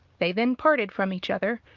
they then parted from each other,